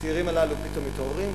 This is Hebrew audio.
הצעירים הללו פתאום מתעוררים,